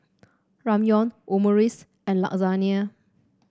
Ramyeon Omurice and Lasagne